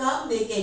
why